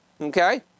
okay